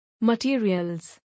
Materials